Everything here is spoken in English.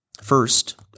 First